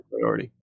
priority